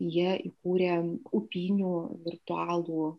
jie įkūrė upynių virtualų